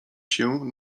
się